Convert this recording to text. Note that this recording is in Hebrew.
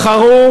בחרו